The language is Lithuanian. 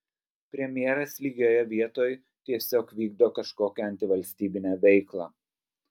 premjeras lygioje vietoj tiesiog vykdo kažkokią antivalstybinę veiklą